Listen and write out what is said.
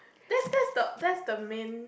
that's that's the that's the main